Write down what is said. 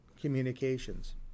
communications